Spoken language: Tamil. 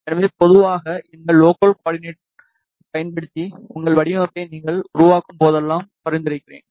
எனவே பொதுவாக இந்த லோக்கல் கோ ஆர்டினெட் பயன்படுத்தி உங்கள் வடிவமைப்பை நீங்கள் உருவாக்கும் போதெல்லாம் பரிந்துரைக்கிறேன்